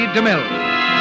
DeMille